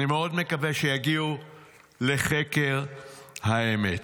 אני מאוד מקווה שיגיעו לחקר האמת.